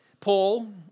Paul